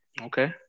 Okay